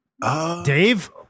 Dave